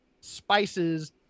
spices